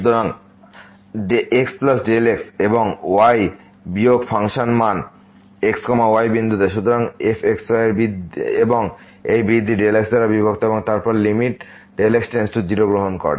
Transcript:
সুতরাং xΔx এবং y বিয়োগ ফাংশন মান x y বিন্দুতে সুতরাং f x y এবং এই বৃদ্ধি Δx দ্বারা বিভক্ত এবং তারপর x → 0 গ্রহণ করে